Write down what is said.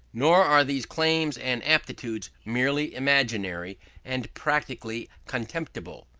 nor are these claims and aptitudes merely imaginary and practically contemptible.